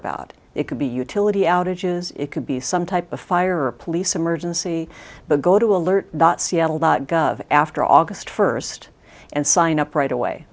about it could be utility outages it could be some type of fire or police emergency but go to alert seattle dot gov after august first and sign up right away